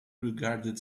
regarded